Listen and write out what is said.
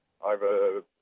over